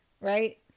right